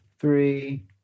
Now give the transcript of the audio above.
three